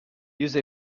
use